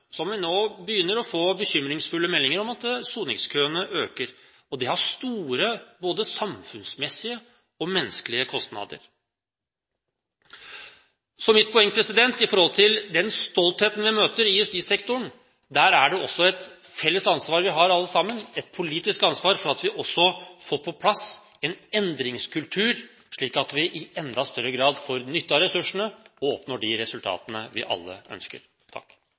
nå å få bekymringsfulle meldinger om at soningskøene øker. Det har store samfunnsmessige og menneskelige kostnader. Mitt poeng når det gjelder den stoltheten vi møter i justissektoren – og der har vi alle et felles politisk ansvar – er at vi også får på plass en endringskultur, slik at vi i enda større grad får nytte av ressursene og oppnår de resultatene vi alle ønsker.